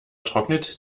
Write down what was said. trocknet